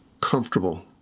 comfortable